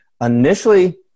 initially